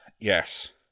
Yes